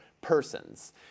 persons